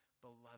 beloved